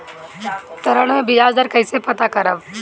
ऋण में बयाज दर कईसे पता करब?